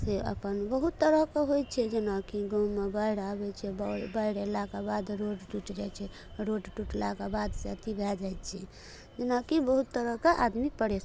से अपन बहुत तरहके होइ छै जेना कि गाँवमे बाढ़ि आबै छै बाढ़ि अयलाके बाद रोड टुटि जाइ छै रोड टुटलाके बाद से अथी भए जाइ छै जेना कि बहुत तरहके आदमी परे